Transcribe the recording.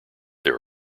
there